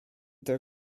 their